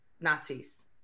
Nazis